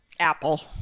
apple